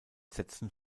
sätzen